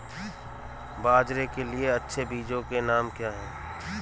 बाजरा के लिए अच्छे बीजों के नाम क्या हैं?